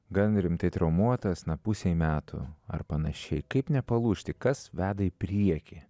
gan rimtai traumuotas na pusei metų ar panašiai kaip nepalūžti kas veda į priekį